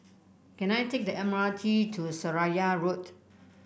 can I take the M R T to Seraya Road